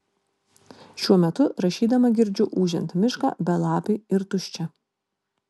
šiuo metu rašydama girdžiu ūžiant mišką belapį ir tuščią